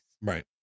Right